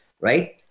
right